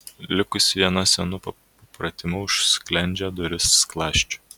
likusi viena senu papratimu užsklendžia duris skląsčiu